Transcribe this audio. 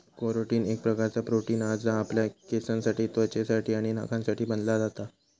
carotene एक प्रकारचा protein हा जा आपल्या केसांसाठी त्वचेसाठी आणि नखांसाठी बनला जाता